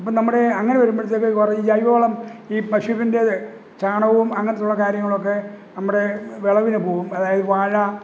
അപ്പോള് നമ്മുടെ അങ്ങനെ വരുമ്പോഴത്തേക്ക് കുറേ ഈ ജൈവവളം ഈ പശുവിൻ്റെ ചാണകവും അങ്ങനെത്തൊള്ള കാര്യങ്ങളൊക്കെ നമ്മടെ വിളവിനുപോവും അതായത് വാഴ